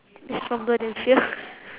is stronger than fear